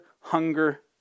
hunger